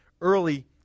early